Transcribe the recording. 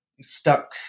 stuck